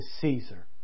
Caesar